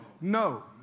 No